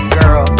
girl